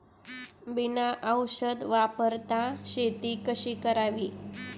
बिना औषध वापरता शेती कशी करावी?